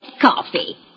Coffee